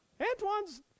antoine's